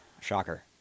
Shocker